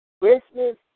Christmas